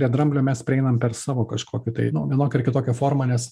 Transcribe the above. prie dramblio mes prieinam per savo kažkokį tai nu vienokią ar kitokią formą nes